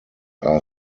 are